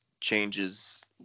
changes